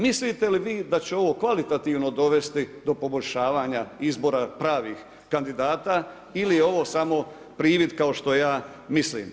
Mislite li vi da će ovo kvalitativno dovesti do poboljšavanja izbora pravih kandidata ili je ovo samo privid kao što ja mislim?